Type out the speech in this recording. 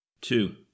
two